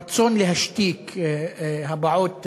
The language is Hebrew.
רצון להשתיק הבעות מחאה.